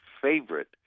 favorite